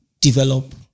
develop